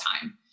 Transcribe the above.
time